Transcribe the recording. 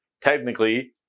technically